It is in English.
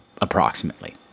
approximately